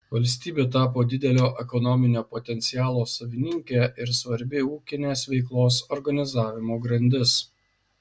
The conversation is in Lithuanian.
valstybė tapo didelio ekonominio potencialo savininkė ir svarbi ūkinės veiklos organizavimo grandis